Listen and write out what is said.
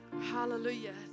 Hallelujah